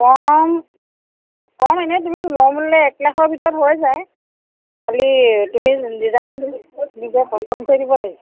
কম কম এনে তুমি লওঁ বুলিলে এক লাখৰ ভিতৰত হৈ যায় যদি তুমি ডিজাইনটো নিজে পচন্দ কৰি দিব লাগিব